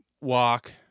walk